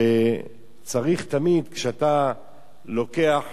שצריך תמיד, כשאתה לוקח